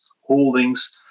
holdings